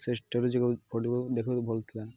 ସେ ଷ୍ଟୋରୀ ଫଟୋକୁ ଦେଖିବାକୁ ଭଲ ଥିଲା